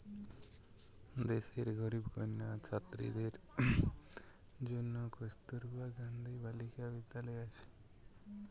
দেশের গরিব কন্যা ছাত্রীদের জন্যে কস্তুরবা গান্ধী বালিকা বিদ্যালয় আছে